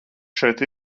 šeit